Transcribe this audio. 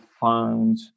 found